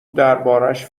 دربارش